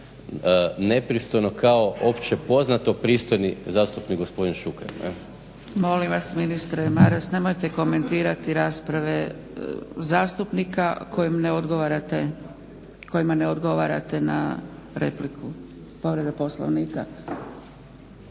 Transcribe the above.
nepristojno kao općepoznato pristojni zastupnik gospodin Šuker. **Zgrebec, Dragica (SDP)** Molim vas ministre Maras, nemojte komentirati rasprave zastupnika kojima ne odgovarate na repliku. Povreda Poslovnika.